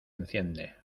enciende